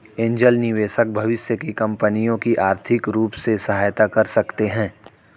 angel निवेशक भविष्य की कंपनियों की आर्थिक रूप से सहायता कर सकते हैं